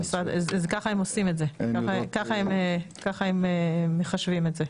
אז ככה הם עושים את זה, ככה הם מחשבים את זה.